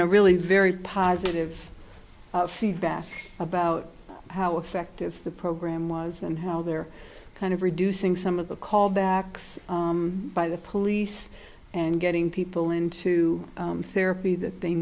know really very positive feedback about how effective the program was and how they're kind of reducing some of the callbacks by the police and getting people into therapy that they